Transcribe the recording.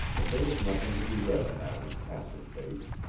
but there was nothing to be read on that impassive face.